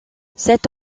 cette